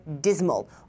dismal